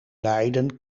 leiden